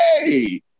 Hey